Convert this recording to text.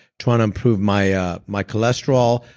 trying to improve my ah my cholesterol.